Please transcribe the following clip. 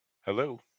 Hello